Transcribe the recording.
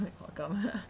welcome